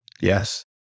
Yes